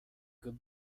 good